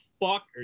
Fuck